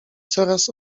coraz